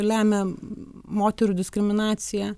lemia moterų diskriminaciją